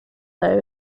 though